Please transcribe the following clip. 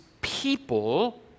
people